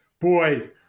boy